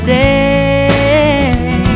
day